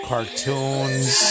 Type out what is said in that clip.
Cartoons